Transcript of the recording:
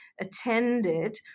attended